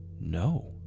No